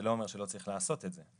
זה לא אומר שלא צריך לעשות את זה.